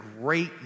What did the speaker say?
great